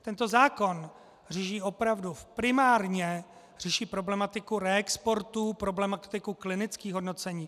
Tento zákon řeší opravdu primárně problematiku reexportu, problematiku klinických hodnocení.